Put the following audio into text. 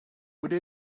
would